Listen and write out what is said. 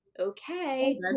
okay